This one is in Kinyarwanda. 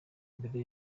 mbere